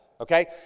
Okay